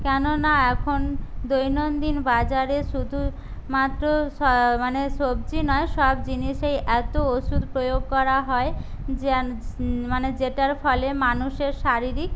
কেননা এখন দৈনন্দিন বাজারে শুধুমাত্র মানে সবজি নয় সব জিনিসেই এত ওষুধ প্রয়োগ করা হয় যেন মানে যেটার ফলে মানুষের শারীরিক